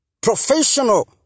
professional